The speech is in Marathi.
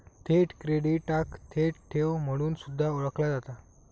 थेट क्रेडिटाक थेट ठेव म्हणून सुद्धा ओळखला जाता